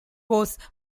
was